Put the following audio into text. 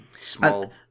small